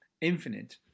infinite